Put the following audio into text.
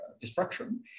destruction